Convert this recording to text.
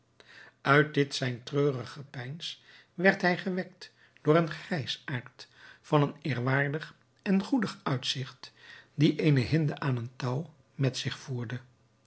uit dit zijn treurig gepeins werd hij gewekt door een grijsaard van een eerwaardig en goedig uitzigt die eene hinde aan een touw met zich voerde